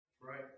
Right